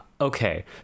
Okay